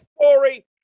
story